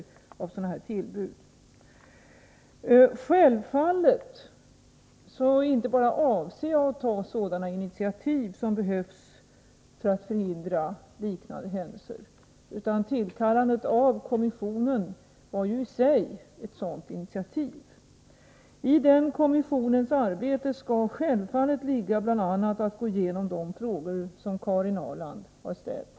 Självfallet avser jag att ta sådana initiativ som behövs för att förhindra liknande händelser, och tillkallandet av kommissionen var i sig ett sådant initiativ. I denna kommissions arbete skall självfallet bl.a. ingå att gå igenom sådana frågor som Karin Ahrland ställde.